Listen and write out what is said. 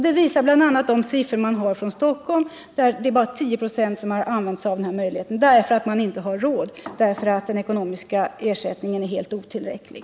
Det visar bl.a. siffror från Stockholm, där bara 10 96 av föräldrarna har använt sig av den här möjligheten, därför att de inte har råd och därför att den ekonomiska ersättningen är helt otillräcklig.